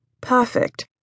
perfect